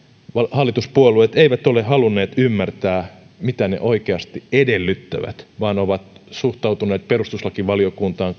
hallituspuolueet eivät ole halunneet ymmärtää mitä ne oikeasti edellyttävät vaan ovat suhtautuneet perustuslakivaliokuntaan